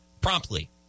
promptly